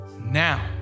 now